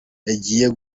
yagiye